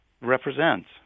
represents